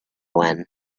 when